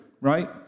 right